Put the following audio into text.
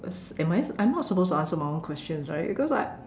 am I I'm not supposed to answer my own questions right because I